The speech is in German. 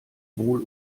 wohl